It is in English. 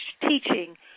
teaching